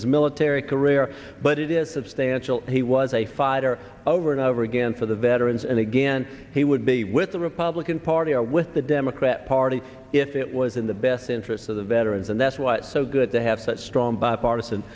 his military career but it is substantial he was a fighter over and over again for the veterans and again he would be with the republican party or with the democrat party if it was in the best interests of the veterans and that's what so good to have such strong bipartisan